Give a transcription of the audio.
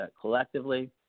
collectively